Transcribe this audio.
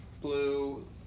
blue